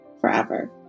forever